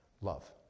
love